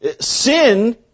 Sin